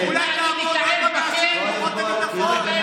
עופר.